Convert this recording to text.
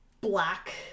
black